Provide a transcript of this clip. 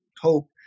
hope